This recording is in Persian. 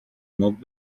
مبل